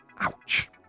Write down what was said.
Ouch